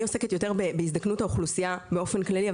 אני עוסקת יותר בהזדקנות האוכלוסייה באופן כללי,